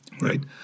Right